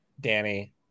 Danny